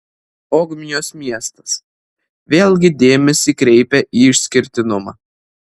ogmios miestas vėlgi dėmesį kreipia į išskirtinumą